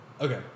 Okay